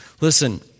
Listen